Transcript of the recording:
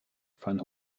van